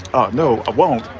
oh, no, i won't.